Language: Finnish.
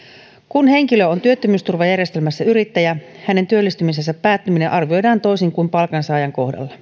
kun henkilö on työttömyysturvajärjestelmässä yrittäjä hänen työllistymisensä päättyminen arvioidaan toisin kuin palkansaajan kohdalla